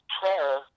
prayer